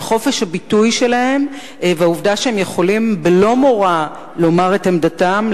וחופש הביטוי שלהם והעובדה שהם יכולים בלא מורא לומר את עמדתם,